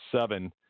seven